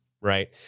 right